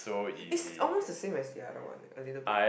it's almost the same as the other one a little bit